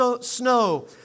snow